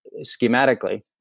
schematically